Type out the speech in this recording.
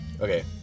okay